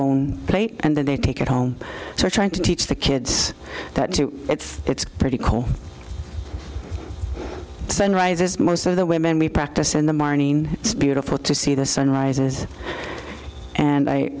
own plate and then they take it home trying to teach the kids that it's it's pretty cool sunrises most of the women we practice in the morning it's beautiful to see the sun rises and i